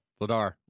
Ladar